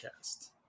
cast